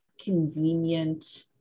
convenient